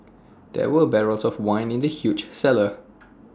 there were barrels of wine in the huge cellar